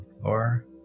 floor